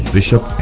Bishop